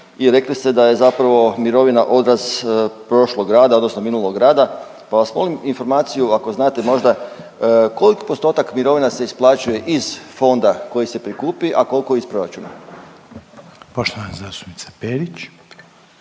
i rekli ste da je zapravo mirovina odraz prošlog rada odnosno minulog rada, pa vas molim informaciju ako znate možda, koji postotak mirovina se isplaćuje iz fonda koji se prikupi, a koliko iz proračuna? **Reiner,